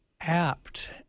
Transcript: Apt